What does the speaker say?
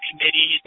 committees